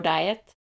Diet